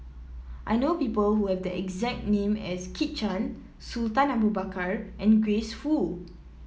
I know people who have the exact name as Kit Chan Sultan Abu Bakar and Grace Fu